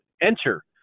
enter